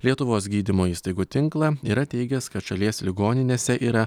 lietuvos gydymo įstaigų tinklą yra teigęs kad šalies ligoninėse yra